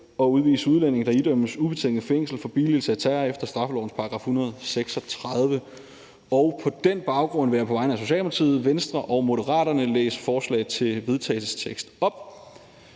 at udvise udlændinge, der idømmes ubetinget fængsel for billigelse af terror efter straffelovens § 136. På den baggrund vil jeg på vegne af Socialdemokratiet, Venstre og Moderaterne læse følgende forslag til vedtagelse op: